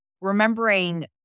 remembering